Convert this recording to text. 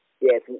yes